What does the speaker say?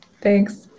thanks